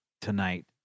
tonight